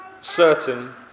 certain